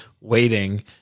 waiting